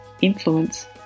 influence